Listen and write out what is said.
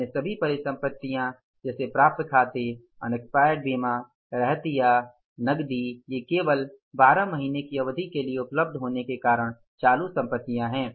अन्य सभी परिसंपत्तियां जैसे प्राप्य खाते अनेक्स्पयार्ड बीमा रहतिया या नकदी ये केवल 12 महीने की अवधि के लिए उपलब्ध होने के कारण चालू संपतिया हैं